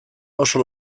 oso